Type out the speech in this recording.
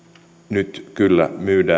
nyt kyllä myydään